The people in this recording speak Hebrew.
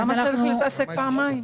למה צריך להתעסק פעמיים?